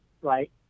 right